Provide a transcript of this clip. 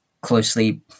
closely